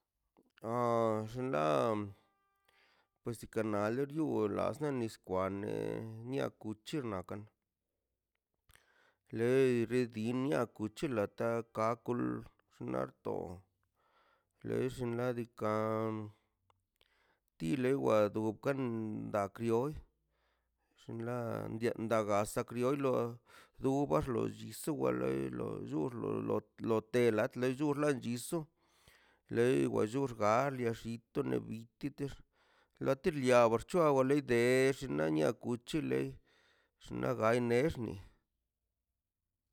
All- ldan puesi kanalə lu nalsə nis kwane nia kuche nakan le redimia kuche la takakul xnato les nadikan tileꞌ wado kan daa krioi xllinla dia dagasa krioi lo du bar lo izu wale lo yur lo lotela lachter lo izu le wallur garle xito nebititəx late liaba xchoaba leideex na nia kuche le xnaga neexni.